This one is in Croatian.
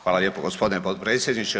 Hvala lijepo gospodine potpredsjedniče.